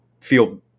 feel